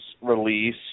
release